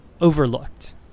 overlooked